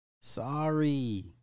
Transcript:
Sorry